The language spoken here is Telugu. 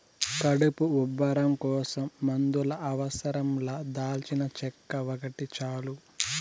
కడుపు ఉబ్బరం కోసం మందుల అవసరం లా దాల్చినచెక్క ఒకటి చాలు